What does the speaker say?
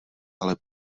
ale